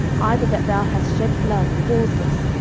either that thou hast shed blood causeless,